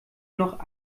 noch